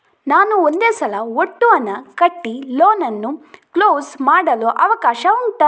ನಾನು ಒಂದೇ ಸಲ ಒಟ್ಟು ಹಣ ಕಟ್ಟಿ ಲೋನ್ ಅನ್ನು ಕ್ಲೋಸ್ ಮಾಡಲು ಅವಕಾಶ ಉಂಟಾ